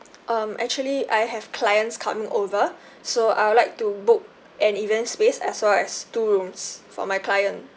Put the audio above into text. um actually I have clients coming over so I would like to book an event space as well as two rooms for my client